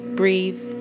breathe